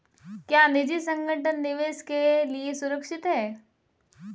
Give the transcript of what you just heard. क्या निजी संगठन निवेश के लिए सुरक्षित हैं?